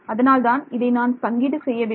அதனால்தான் இதை நான் பங்கீடு செய்யவில்லை